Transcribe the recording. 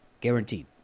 guaranteed